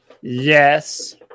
Yes